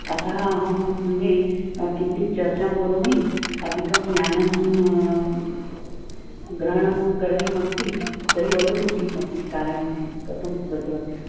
अतः अहं मन्ये किञ्चित् चर्चां करोमि अधिकं ज्ञानं ग्रहणं करणीयमस्ति तर्हि वदतु किम् अस्ति कार्यं किं कथं प्रचलति